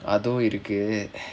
அதுவும் இருக்கு:athuvum irukku